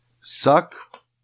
Suck